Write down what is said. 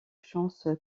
chances